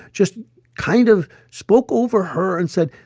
just kind of spoke over her and said,